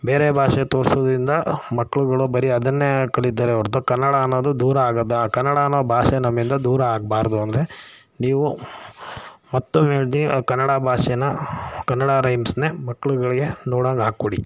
ಬೇರೆ ಭಾಷೆ ತೋರಿಸೋದ್ರಿಂದ ಮಕ್ಕಳುಗಳು ಬರೀ ಅದನ್ನೇ ಕಲಿತಾರೆ ಹೊರ್ತು ಕನ್ನಡ ಅನ್ನೋದು ದೂರ ಆಗುತ್ತೆ ಆ ಕನ್ನಡ ಅನ್ನೋ ಭಾಷೆ ನಮ್ಮಿಂದ ದೂರ ಆಗಬಾರ್ದು ಅಂದರೆ ನೀವು ಮತ್ತೊಮ್ಮೆ ಹೇಳ್ತೀನಿ ಆ ಕನ್ನಡ ಭಾಷೆನ ಕನ್ನಡ ರೈಮ್ಸ್ನೇ ಮಕ್ಕಳುಗಳಿಗೆ ನೋಡೋ ಹಂಗೆ ಹಾಕಿ ಕೊಡಿ